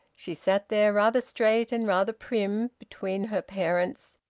she sat there rather straight and rather prim between her parents,